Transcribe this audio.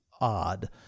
odd